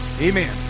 Amen